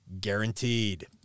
guaranteed